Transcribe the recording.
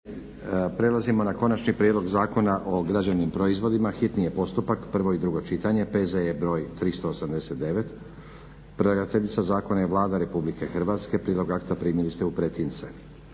prelazimo na: - Konačni prijedlog Zakona o građevnim proizvodima, hitni postupak, prvo i drugo čitanje, P.Z.E. br. 389, Predlagateljica zakona je Vlada RH. Prijedlog akta primili ste u pretince.